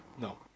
No